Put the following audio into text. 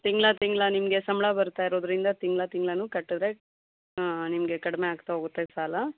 ತಿಂಗ್ಳು ತಿಂಗ್ಳು ನಿಮಗೆ ಸಂಬಳ ಬರ್ತಾ ಇರೋದರಿಂದ ತಿಂಗ್ಳು ತಿಂಗ್ಳುನೂ ಕಟ್ಟಿದ್ರೆ ನಿಮಗೆ ಕಡಿಮೆ ಆಗ್ತಾ ಹೋಗುತ್ತೆ ಸಾಲ